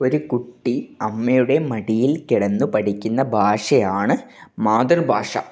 ഒരു കുട്ടി അമ്മയുടെ മടിയിൽ കിടന്ന് പഠിക്കുന്ന ഭാഷയാണ് മാതൃഭാഷ